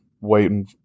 waiting